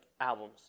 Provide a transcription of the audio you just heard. albums